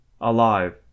Alive